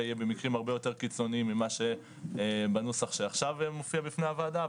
יהיה במקרים הרבה יותר קיצוניים ממה שבנוסח שמופיע עכשיו בפני הוועדה.